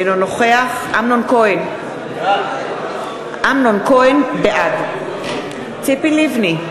אינו נוכח אמנון כהן, בעד ציפי לבני,